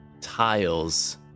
tiles